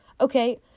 Okay